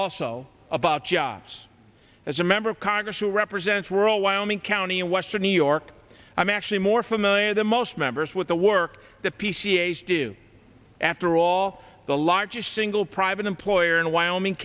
also about jobs as a member of congress who represents world wyoming county in western new york i'm actually more familiar than most members with the work that p c h do after all the largest single private employer in wyoming